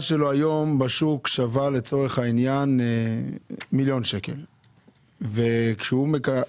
שלו שווה היום מיליון שקלים וכשהוא מקבל,